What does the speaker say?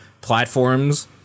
platforms